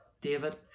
David